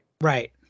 Right